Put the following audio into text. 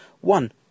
One